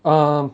um